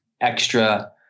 extra